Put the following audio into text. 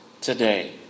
today